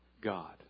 God